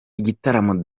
igitaramo